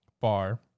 bar